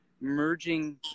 merging